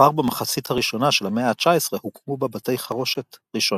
כבר במחצית הראשונה של המאה ה-19 הוקמו בה בתי החרושת הראשונים.